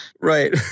Right